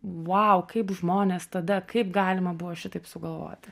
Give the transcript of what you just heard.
vau kaip žmonės tada kaip galima buvo šitaip sugalvoti